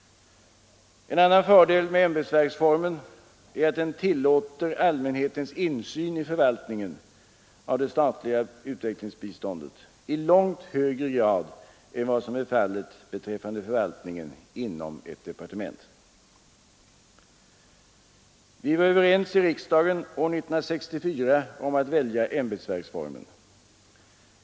En annan fördel med ämbetsverksformen är att den tillåter allmänhetens insyn i förvaltningen av det statliga utvecklingsbiståndet i långt högre grad än vad som är fallet beträffande förvaltningen inom ett departement. Vi var överens i riksdagen år 1964 om att välja ämbetsverksformen.